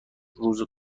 روز